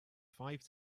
five